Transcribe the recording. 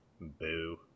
Boo